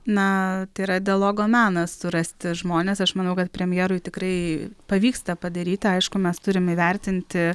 na tai yra dialogo menas surasti žmones aš manau kad premjerui tikrai pavyks tą padaryti aišku mes turime įvertinti